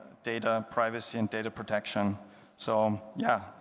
data, and privacy and data protection so yeah,